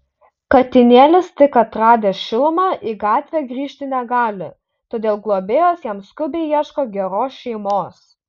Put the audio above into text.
katinėlis tik atradęs šilumą į gatvę grįžti negali todėl globėjos jam skubiai ieško geros šeimos